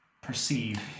perceive